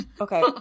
Okay